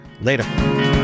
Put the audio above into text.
Later